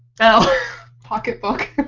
now pocketbook.